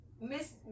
Miss